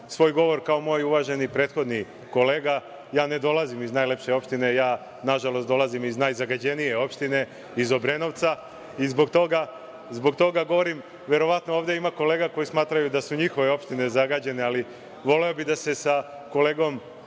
svoj govor kao moj uvaženi prethodni kolega, ja ne dolazim iz najlepše opštine, ja nažalost dolazim iz najzagađenije opštine, iz Obrenovca, i zbog toga govorim. Verovatno ovde ima kolega koji smatraju da su njihove opštine zagađene, ali voleo bih da se sa kolegom